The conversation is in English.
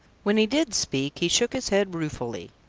when he did speak, he shook his head ruefully,